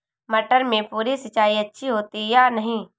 मटर में फुहरी सिंचाई अच्छी होती है या नहीं?